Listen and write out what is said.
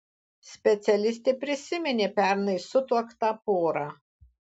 specialistė prisiminė pernai sutuoktą porą